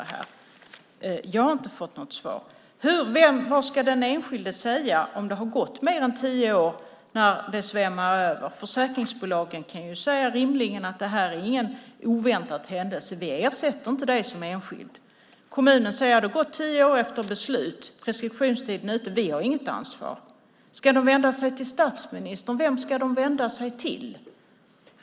Jag har inte fått något svar. Vad ska den enskilde säga om det har gått mer än tio år när det svämmar över? Försäkringsbolagen kan rimligen säga: Det här är ingen oväntad händelse, vi ersätter inte dig som enskild. Kommunen säger: Det har gått tio år sedan beslut. Preskriptionstiden är ute, vi har inget ansvar. Ska de enskilda vända sig till statsministern? Vem ska de vända sig till?